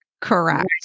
Correct